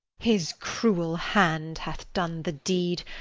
his cruel hand hath done the deed,